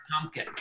pumpkin